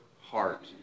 heart